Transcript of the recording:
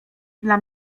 dla